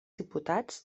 diputats